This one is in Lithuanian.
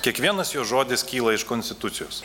kiekvienas jos žodis kyla iš konstitucijos